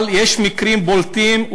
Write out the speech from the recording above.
אבל יש מקרים בולטים,